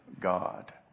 God